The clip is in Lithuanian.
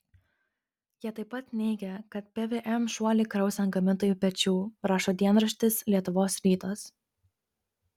jie taip pat neigia kad pvm šuolį kraus ant gamintojų pečių rašo dienraštis lietuvos rytas